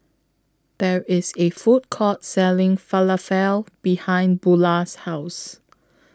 There IS A Food Court Selling Falafel behind Bulah's House